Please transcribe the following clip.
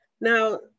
now